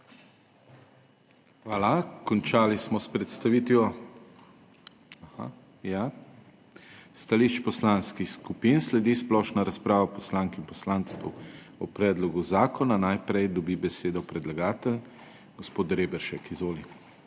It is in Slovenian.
Hvala. Končali smo s predstavitvijo stališč poslanskih skupin. Sledi splošna razprava poslank in poslancev o predlogu zakona. Najprej dobi besedo predlagatelj gospod Reberšek. Izvoli.